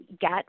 get